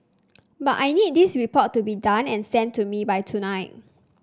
but I need this report to be done and sent to me by tonight